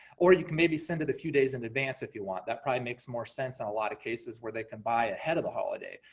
or you can maybe send it a few days in advance if you want, that probably makes more sense in a lot of cases where they can buy ahead of the holiday.